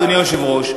אדוני היושב-ראש,